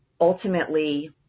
ultimately